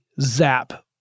zap